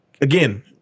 again